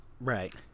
right